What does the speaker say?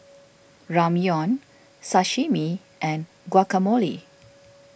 Ramyeon Sashimi and Guacamole